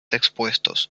expuestos